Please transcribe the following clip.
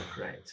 right